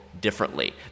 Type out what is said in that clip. differently